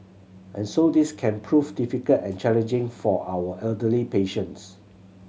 and so this can prove difficult and challenging for our elderly patients